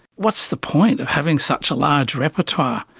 what's the point of having such a large repertoire?